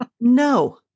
no